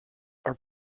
are